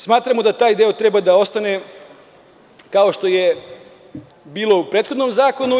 Smatramo da taj deo treba da ostane kao što je bilo u prethodnom zakonu.